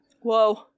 Whoa